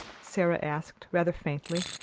sara asked rather faintly.